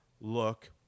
look